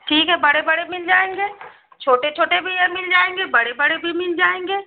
ठीक है बड़े बड़े मिल जाएँगे छोटे छोटे भी मिल जाएँगे बड़े बड़े भी मिल जाएँगे